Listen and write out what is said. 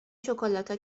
شکلاتها